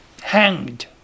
hanged